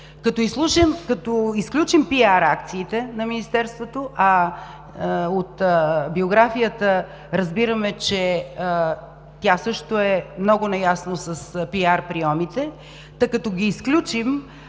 Като изключим пиар акциите на Министерството, от биографията разбираме, че тя също е много наясно с пиар прийомите, та като ги изключим,